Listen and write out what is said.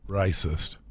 racist